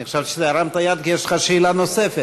אני חשבתי שהרמת יד כי יש לך שאלה נוספת.